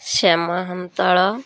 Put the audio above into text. Shyama Hantal